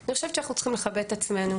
אני חושבת שאנחנו צריכים לכבד את עצמנו